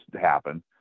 happen